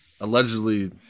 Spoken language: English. allegedly